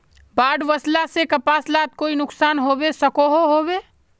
बाढ़ वस्ले से कपास लात कोई नुकसान होबे सकोहो होबे?